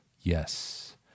yes